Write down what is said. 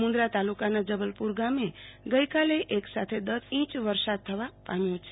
મુન્દ્રા તાલુકાના જબલ્પુર ગામે ગઈકાલે દશ ઈંચ વરસાદ થવા પામ્યો છે